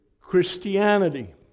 Christianity